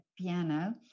piano